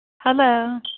Hello